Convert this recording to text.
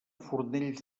fornells